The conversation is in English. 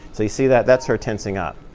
so you see that? that's her tensing up.